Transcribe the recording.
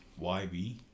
YB